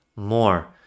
more